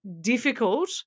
difficult